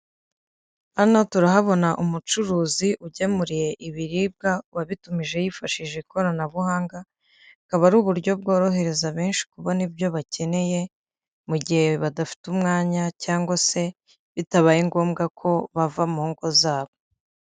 Hano turahabona umucuruzi ugemuriwe ibiribwa wabitumije yifashishije ikoranabuhanga, akaba ari uburyo bworohereza benshi kubona ibyo bakeneye mu gihe badafite umwanya cyangwa se bitabaye ngombwa ko bava mu ngo zabo.